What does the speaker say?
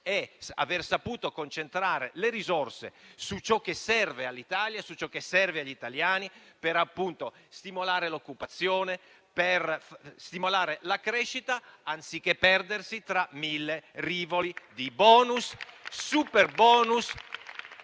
è aver saputo concentrare le risorse su ciò che serve all'Italia e su ciò che serve agli italiani, per stimolare l'occupazione e la crescita, anziché perdersi tra mille rivoli di bonus, superbonus